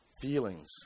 feelings